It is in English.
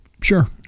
Sure